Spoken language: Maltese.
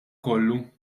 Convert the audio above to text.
kollu